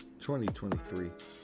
2023